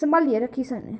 सम्हालियै रक्खी सकने